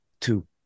two